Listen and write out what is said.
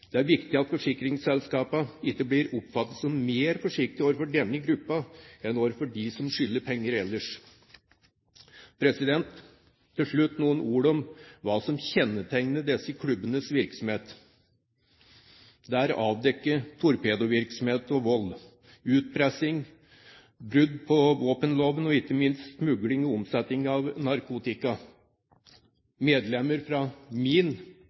Det er viktig at forsikringsselskapene ikke blir oppfattet som mer forsiktige overfor denne gruppen, enn overfor andre som skylder penger ellers. Til slutt noen ord om hva som kjennetegner disse klubbenes virksomhet. Det er avdekket torpedovirksomhet og vold, utpressing, brudd på våpenloven og ikke minst smugling og omsetning av narkotika. Medlemmer fra min